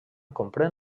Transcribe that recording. comprèn